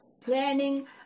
planning